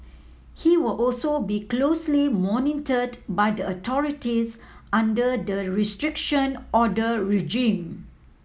he will also be closely monitored by the authorities under the Restriction Order regime